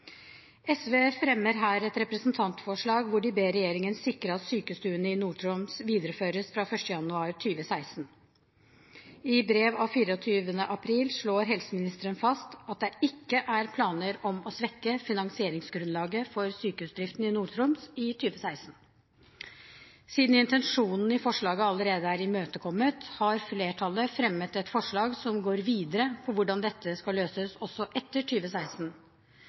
SV fremmer her et representantforslag der de ber regjeringen sikre at sykestuene i Nord-Troms videreføres fra 1. januar 2016. I brev av 24. april slår helseministeren fast at det ikke er planer om å svekke finansieringsgrunnlaget for sykestuedriften i Nord-Troms i 2016. Siden intensjonen i forslaget allerede er imøtekommet, har flertallet fremmet et forslag som går videre på hvordan dette skal løses også etter